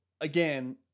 again